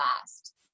last